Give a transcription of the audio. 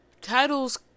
titles